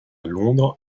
londres